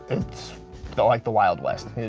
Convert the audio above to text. it's like the wild west.